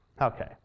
Okay